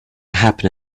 happen